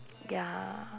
ya